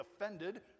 offended